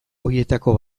horietako